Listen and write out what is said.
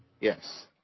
Yes